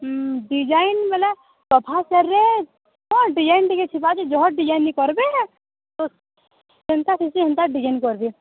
ହୁଁ ଡିଜାଇନ୍ ବେଲେ ସୋଫା ସେଟ୍ରେ ହଁ ଡିଜାଇନ୍ ଟିକେ ଥିବା ଯେ ଯହ ଡିଜାଇନ୍ ନି କର୍ବେ ଯେନ୍ତା ଥିସି ହେନ୍ତା ଡିଜାଇନ୍ କର୍ବେ